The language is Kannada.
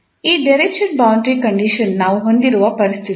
ಈ ಡಿರಿಚ್ಲೆಟ್ ಗಡಿ ಷರತ್ತಿಗಾಗಿ ನಾವು ಹೊಂದಿರುವ ಪರಿಸ್ಥಿತಿ ಇದು